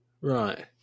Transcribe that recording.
Right